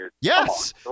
Yes